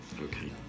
okay